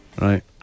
Right